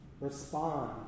respond